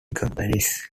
companies